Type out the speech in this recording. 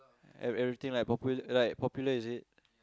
ev~ everything like Popular like Popular is it